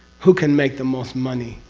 who can make the most money?